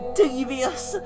devious